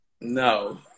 No